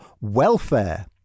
welfare